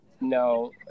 No